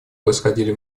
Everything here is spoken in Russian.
происходили